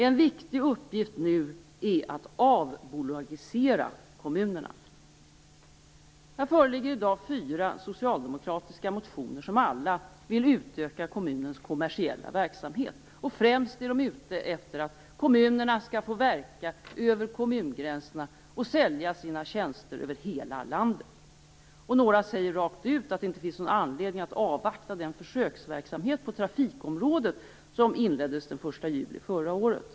En viktig uppgift nu är att avbolagisera kommunerna. Här föreligger i dag fyra socialdemokratiska motioner som alla vill utöka kommunens kommersiella verksamhet. Främst är de ute efter att kommunerna skall få verka över kommungränserna och sälja sina tjänster över hela landet. Några säger rent ut att det inte finns någon anledning att avvakta den försöksverksamhet på trafikområdet som inleddes den 1 juli förra året.